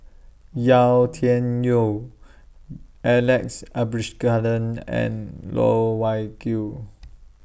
Yau Tian Yau Alex Abisheganaden and Loh Wai Kiew